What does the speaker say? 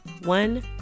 one